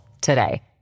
today